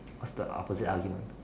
what's the opposite argument